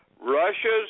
Russia's